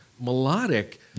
melodic